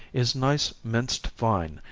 is nice minced fine,